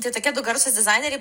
tai tokie du garsūs dizaineriai